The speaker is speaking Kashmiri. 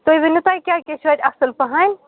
تُہۍ ؤنِو تۄہہِ کیٛاہ کیٛاہ چھُو اَتہِ اَصٕل پَہَم